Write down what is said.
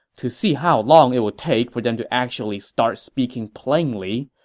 to see how long it'll take for them to actually start speaking plainly,